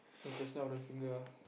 if they smell the finger ah